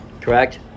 Correct